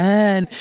Man